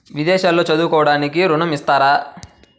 విదేశాల్లో చదువుకోవడానికి ఋణం ఇస్తారా?